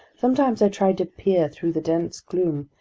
sometimes i tried to peer through the dense gloom,